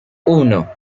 uno